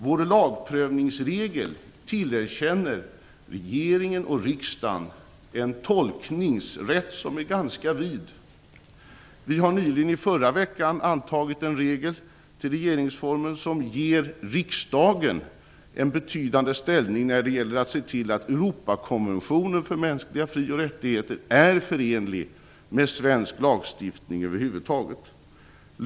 Vår lagprövningsregel tillerkänner regeringen och riksdagen en tolkningsrätt som är ganska vid. Vi antog i förra veckan en regel till regeringsformen som ger riksdagen en betydande ställning när det gäller att se till att Europakonventionen för mänskliga fri och rättigheter är förenlig med svensk lagstiftning över huvud taget.